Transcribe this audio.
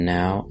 now